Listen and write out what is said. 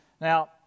Now